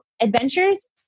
adventures